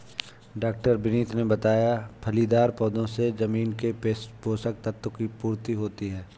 डॉ विनीत ने बताया फलीदार पौधों से जमीन के पोशक तत्व की पूर्ति होती है